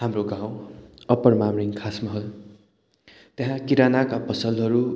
हाम्रो गाउँ अप्पर मामरिङ खासमहल त्यहाँ किरानाका पसलहरू